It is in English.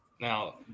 Now